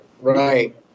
right